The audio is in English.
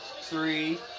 three